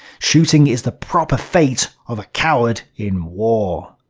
shooting is the proper fate of a coward in war.